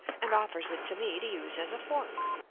and offers it to me to use as a fork!